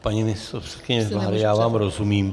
Paní místopředsedkyně vlády, já vám rozumím.